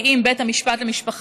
כי אם בית המשפט למשפחה,